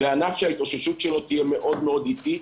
זה ענף שההתאוששות שלו תהיה מאוד מאוד איטית.